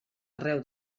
arreu